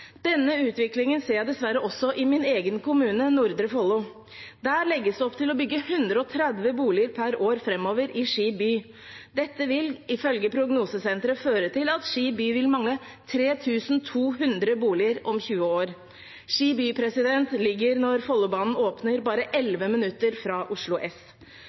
Denne utviklingen ser jeg dessverre også i min egen kommune, Nordre Follo. Der legges det opp til å bygge 130 boliger per år framover, i Ski by. Dette vil, ifølge Prognosesenteret, føre til at Ski by vil mangle 3 200 boliger om 20 år. Når Follobanen åpner, vil Ski by ligge bare elleve minutter fra Oslo S.